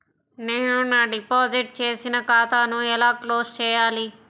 నేను నా డిపాజిట్ చేసిన ఖాతాను ఎలా క్లోజ్ చేయాలి?